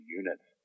units